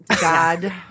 God